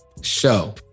Show